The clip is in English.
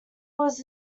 was